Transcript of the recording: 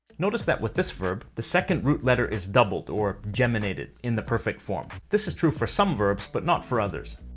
notice that with this verb, the second root letter is doubled, or geminated, in the perfect form. this is true for some verbs, but not for others.